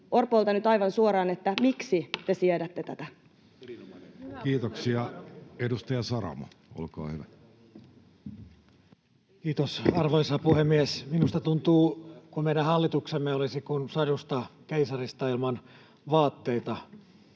Orpolta nyt aivan suoraan: miksi te siedätte tätä? Kiitoksia. — Edustaja Saramo, olkaa hyvä. Kiitos, arvoisa puhemies! Minusta tuntuu siltä kuin meidän hallituksemme olisi kuin sadusta keisarista ilman vaatteita.